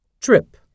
Trip